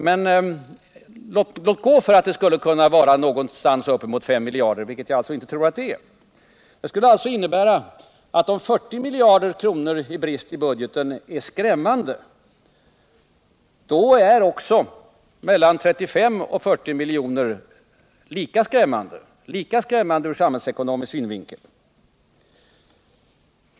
Men låt gå för att skillnaden skulle vara uppemot fem miljarder, vilket jag alltså inte tror. Det skulle alltså innebära, att om 40 miljarder i brist i budgeten är skrämmande, måste också 35-40 miljarder vara lika skrämmande ur samhällsekonomisk synvinkel.